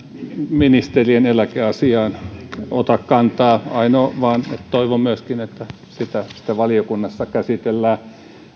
ministerien eläkeasiaan ota kantaa ainoa vain että toivon myöskin että sitä sitten valiokunnassa käsitellään